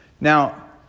Now